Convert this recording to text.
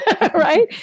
right